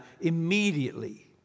immediately